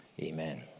Amen